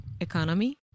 economy